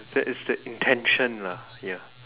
that is the intention lah ya